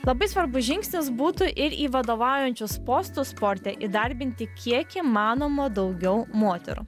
labai svarbus žingsnis būtų ir į vadovaujančius postus sporte įdarbinti kiekį įmanoma daugiau moterų